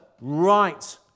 right